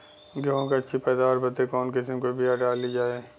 गेहूँ क अच्छी पैदावार बदे कवन किसीम क बिया डाली जाये?